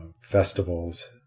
Festivals